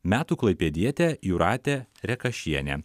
metų klaipėdietė jūratė rekašienė